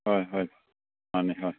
ꯍꯣꯏ ꯍꯣꯏ ꯃꯥꯟꯅꯦ ꯍꯣꯏ